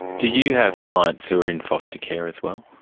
do you have clients who are in foster care as well?